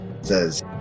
says